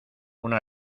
una